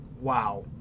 wow